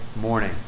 morning